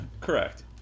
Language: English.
correct